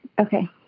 Okay